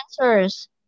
answers